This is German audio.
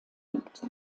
liegt